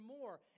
more